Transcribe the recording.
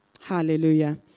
Hallelujah